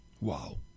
Wow